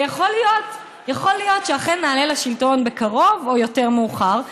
ויכול להיות שאכן נעלה לשלטון בקרוב או יותר מאוחר,